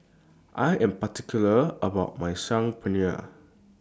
I Am particular about My Saag Paneer